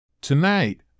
Tonight